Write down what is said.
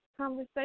conversation